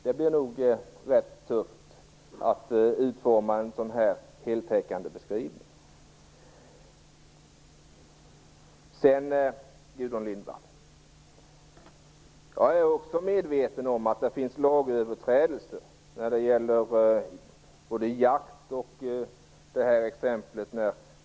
Det blir nog rätt tufft att utforma en heltäckande beskrivning. Gudrun Lindvall, jag är också medveten om att det förekommer lagöverträdelser när det gäller jakt på t.ex. järv.